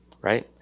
right